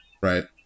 Right